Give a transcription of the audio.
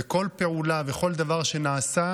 וכל פעולה וכל דבר שנעשה,